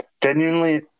genuinely